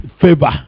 favor